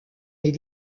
est